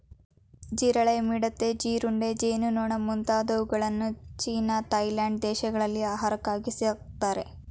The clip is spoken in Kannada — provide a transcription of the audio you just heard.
ಜಿರಳೆ, ಮಿಡತೆ, ಜೀರುಂಡೆ, ಜೇನುನೊಣ ಮುಂತಾದವುಗಳನ್ನು ಚೀನಾ ಥಾಯ್ಲೆಂಡ್ ದೇಶಗಳಲ್ಲಿ ಆಹಾರಕ್ಕಾಗಿ ಸಾಕ್ತರೆ